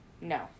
no